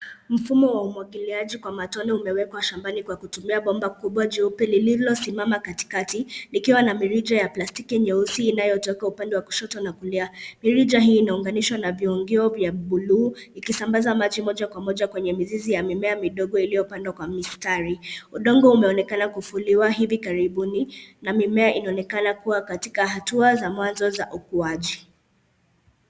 Mfumo wa umwaginiaji kwa matone umewekwa shambani kwa kutumbia bomba kubwa, jeupe lilo simama katikati. Likiwa na mirija ya plastiki nyeusi inayotoka upande wa kushoto na kulia. Mirija hii na unganishwa na viungeo vya bulu. Nikisambaza maji moja kwa moja kwenye mizizi ya mimea midogo iliopandwa kwa mistari. Udongo umeoneka kufuliwa hivi karibuni, na mimea inaoneka kuwa katika hatuwa za mwazo za ukuaji.